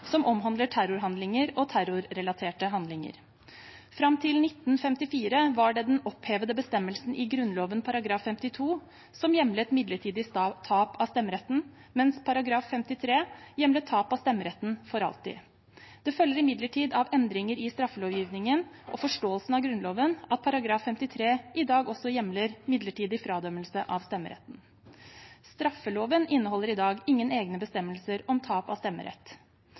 som omhandler terrorhandlinger og terrorrelaterte handlinger. Fram til 1954 var det den opphevede bestemmelsen i Grunnloven § 52 som hjemlet midlertidig tap av stemmeretten, mens § 53 hjemlet tap av stemmeretten for alltid. Det følger imidlertid av endringer i straffelovgivningen og forståelsen av Grunnloven at § 53 i dag også hjemler midlertidig fradømmelse av stemmeretten. Straffeloven inneholder i dag ingen egne bestemmelser om tap av stemmerett.